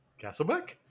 Castlebeck